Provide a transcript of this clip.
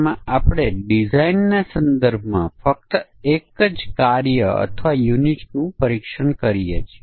જો આપણી પાસે સંખ્યાઓનો સેટ હોય તો આપણી પાસે 1 માન્ય અને 1 અમાન્ય સેટ છે